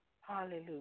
Hallelujah